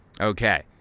Okay